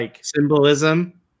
Symbolism